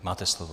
Máte slovo.